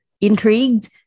Intrigued